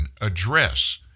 address